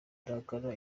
irahakana